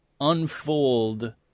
unfold